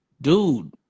Dude